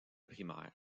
primaire